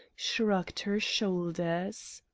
shrugged her shoulders.